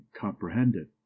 comprehended